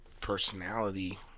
personality